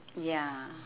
ya